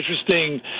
interesting